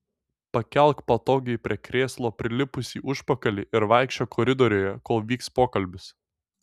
pakelk patogiai prie krėslo prilipusį užpakalį ir vaikščiok koridoriuje kol vyks pokalbis